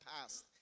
past